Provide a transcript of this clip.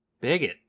Bigot